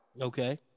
Okay